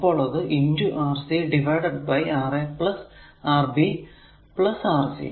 അപ്പോൾ അത് Rc divided by Ra Rb Rc